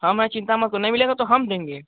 हम हैं चिंता मत करो नहीं मिलेगा तो हम देंगे